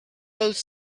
both